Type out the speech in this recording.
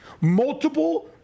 multiple